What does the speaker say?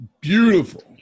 Beautiful